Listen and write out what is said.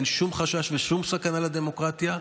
אין שום חשש ושום סכנה לדמוקרטיה.